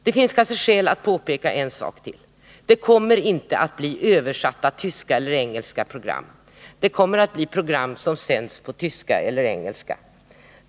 Det finns kanske skäl att påpeka en sak till: Det kommer inte att bli översatta tyska eller engelska program. Det kommer att bli program som sänds på tyska eller engelska.